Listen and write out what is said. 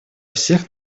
всех